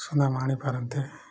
ସୁନାମ ଆଣିପାରନ୍ତେ